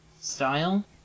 style